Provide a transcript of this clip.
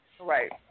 Right